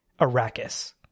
Arrakis